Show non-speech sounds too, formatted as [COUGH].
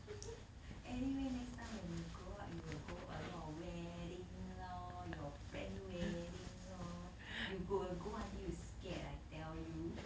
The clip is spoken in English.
[LAUGHS] anyway next time when you grow up you will go a lot of wedding lor your friend wedding lor you go go until you scared I tell you